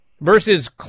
versus